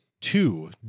two